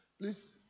Please